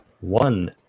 one